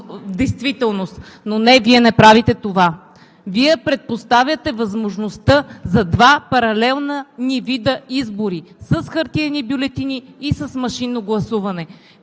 действителност. Но не, Вие не правите това. Вие предпоставяте възможността за два паралелни вида избори – с хартиени бюлетини и с машинно гласуване,